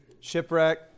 shipwreck